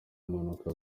mpanuka